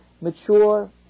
mature